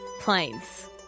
planes